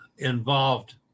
involved